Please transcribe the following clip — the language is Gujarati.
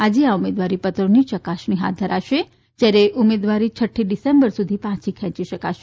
આજે આ ઉમેદવારી પત્રોની યકાસણી હાથ ધરાશે જયારે ઉમેદવારી છઠ્ઠી ડિસેમ્બર સુધી પાંછી ખેંચી શકાશે